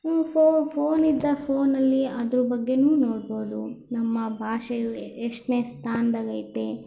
ಫೋನಿದ್ದಾಗ ಫೋನಲ್ಲಿ ಅದರ ಬಗ್ಗೆಯೂ ನೋಡ್ಬೋದು ನಮ್ಮ ಭಾಷೆಯು ಎಷ್ಟನೇ ಸ್ಥಾನದಾಗೈತೆ